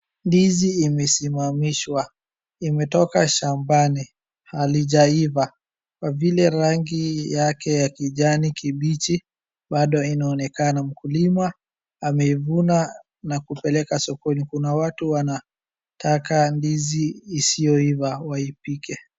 Ndizi imesimamishwa, imetoka shambani. Halijaiva kwa vile rangi yake ya kijani kibichi bado inaonekana. Mkulima ameivuna na kupeleka sokoni. Kuna watu wanataka ndizi isiyoiva waipike.